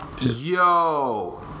yo